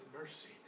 mercy